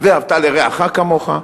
'ואהבת לרעך כמוך'